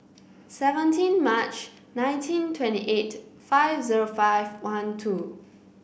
seventeen March nineteen twenty eight five zero five one two